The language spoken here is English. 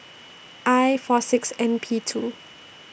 I four six N P two